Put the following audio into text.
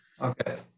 Okay